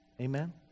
Amen